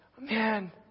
Man